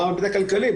מה מבחינה כלכלית.